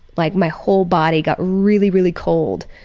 like my whole body got really, really cold,